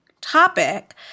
topic